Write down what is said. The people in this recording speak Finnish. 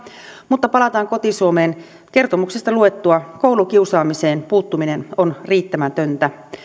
mutta palataan koti suomeen kertomuksesta luettua koulukiusaamiseen puuttuminen on riittämätöntä